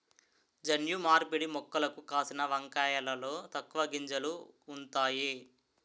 జన్యు మార్పిడి మొక్కలకు కాసిన వంకాయలలో తక్కువ గింజలు ఉంతాయి